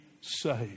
saved